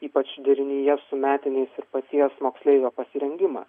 ypač derinyje su metiniais ir paties moksleivio pasirengimą